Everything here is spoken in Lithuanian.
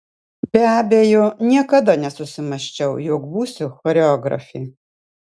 be abejo niekada nesusimąsčiau jog būsiu choreografė